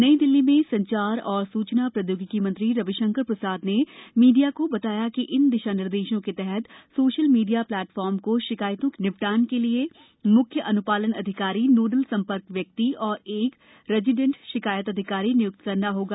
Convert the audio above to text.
नई दिल्ली में संचार और सूचना प्रौदयोगिकी मंत्री रविशंकर प्रसाद ने मीडिया को बताया कि इन दिशानिर्देशों के तहत सोशल मीडिया प्लेटफॉर्म को शिकायतों के नि टान के लिए मुख्य अनु ालन अधिकारी नोडल सं र्क व्यक्ति और एक रेजिडेंट शिकायत अधिकारी नियुक्त करना होगा